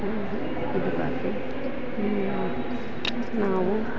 ನಾವು